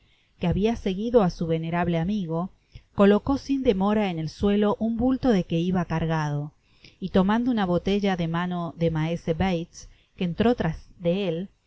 que habia seguido á su venerable amigo colocó sin demora en el suelo un bulto de que iba cargado y tomando una botella de manos de maese bates que entró irás de él